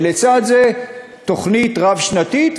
ולצד זה תוכנית רב-שנתית,